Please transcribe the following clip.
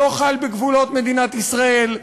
לא חל בגבולות מדינת ישראל.